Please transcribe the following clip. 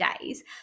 days